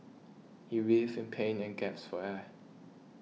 he writhed in pain and gasped for air